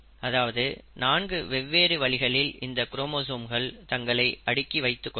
அதாவது நான்கு வெவ்வேறு வழிகளில் இந்த குரோமோசோம்கள் தங்களை அடுக்கி வைத்துக் கொள்ளலாம்